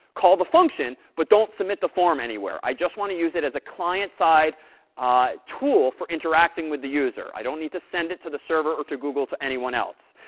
call the function, but don't submit the form anywhere. i just want to use it as a client-side tool for interacting with the user. i don't need to send it to the server or to google to anyone else.